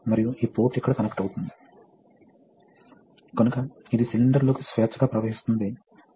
కాబట్టి ఇది మెకానికల్ గా స్టాప్ అవుతుంది